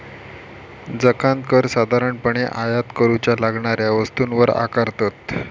जकांत कर साधारणपणे आयात करूच्या लागणाऱ्या वस्तूंवर आकारतत